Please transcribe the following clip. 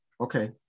Okay